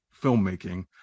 filmmaking